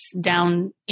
down